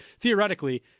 theoretically